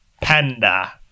panda